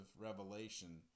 revelation